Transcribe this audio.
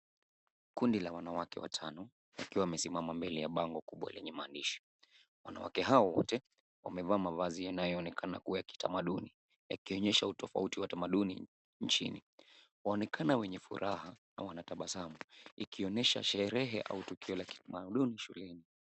Kundi la wanawake watano wakiwa wamesimama mbele ya bango kubwa lenye maandishi. Wanawake hao wote wamevaa mavazi yanayoonekana kuwa ya kitamaduni yakionyesha utofauti wa tamaduni nchini. Waonekana wenye furaha na wanatabasamu ikionyesha sherehe au tukio la kitamaduni shuleni.